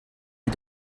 wie